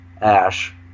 ash